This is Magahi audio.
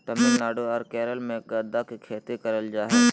तमिलनाडु आर केरल मे गदा के खेती करल जा हय